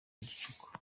gicuku